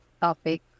topic